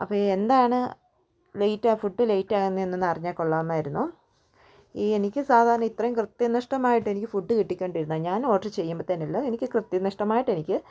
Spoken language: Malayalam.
അപ്പം എന്താണ് ലേറ്റ് ആണ് ഫുഡ് ലേറ്റാകുന്നതെന്ന് അറിഞ്ഞാൽ കൊള്ളാമായിരുന്നു ഈ എനിക്ക് സാധാരണ ഇത്രയും കൃത്യനിഷ്ടമായിട്ട് എനിക്ക് ഫുഡ് കിട്ടികൊണ്ടിരുന്നാൽ ഞാൻ ഓർഡർ ചെയുമ്പത്തേന് എല്ലാം എനിക്ക് കൃത്യനിഷ്ടമായിട്ട് എനിക്ക്